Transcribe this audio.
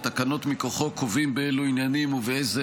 והתקנות מכוחו קובעים באילו עניינים ובאיזה